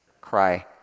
cry